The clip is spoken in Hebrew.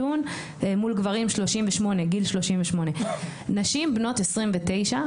מול גברים בגיל 38. נשים בנות 29,